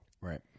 Right